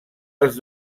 els